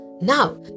Now